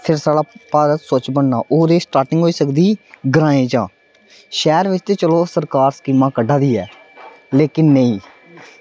फिर साढ़ा भारत स्वच्छ बनना ते ओह् ओह्दे च स्टार्टिंग होई सकदी ग्रांऐं च शैह्र बिच्च ते चलो सरकार सिस्टम कड्ढा दी ऐ लेकिन नेईं